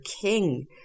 King